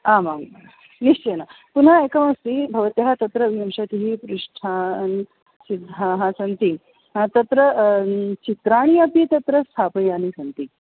आमां निश्चयेन पुनः एकमस्ति भवत्याः तत्र विंशतिः पृष्ठान् सिद्धाः सन्ति तत्र चित्राणि अपि तत्र स्थापयानि सन्ति